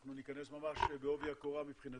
ואנחנו ניכנס ממש בעובי הקורה מבחינתו,